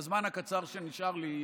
בזמן הקצר שנשאר לי,